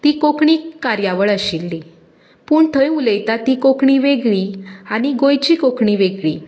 ती कोंकणी कार्यावळ आशिल्ली पूण थंय उलयता तीं कोंकणी वेगळी आनी गोंयची कोंकणी वेगळी